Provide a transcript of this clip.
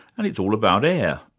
and it's all about air,